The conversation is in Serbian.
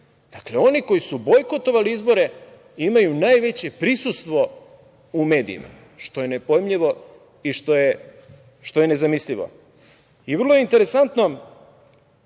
Dakle, oni koji su bojkotovali izbore imaju najveće prisustvo u medijima, što je nepojmljivo i što je nezamislivo. Vrlo je interesantno